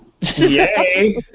Yay